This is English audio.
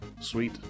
sweet